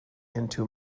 into